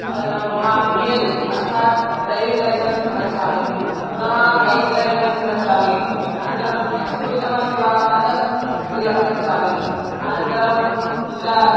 अद् मम D L अर्थात् ड्रैविङ्ग् लैसेन्स् रक्षामि पुनः बैक् लैसेन्स् रक्षामि अनन्तरं टेक्स् पूरितमस्ति वा तद् बिल् अपि रक्षामि अनन्तरं तत्र